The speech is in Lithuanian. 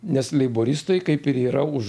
nes leiboristai kaip ir yra už